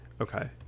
Okay